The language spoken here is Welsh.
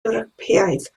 ewropeaidd